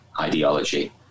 ideology